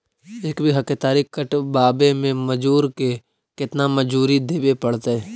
एक बिघा केतारी कटबाबे में मजुर के केतना मजुरि देबे पड़तै?